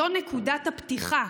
זו נקודת הפתיחה.